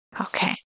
Okay